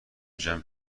جمع